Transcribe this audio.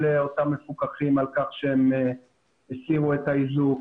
אותם מפוקחים על כך שהם הסירו את האיזוק.